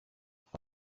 haba